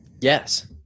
Yes